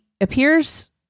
appears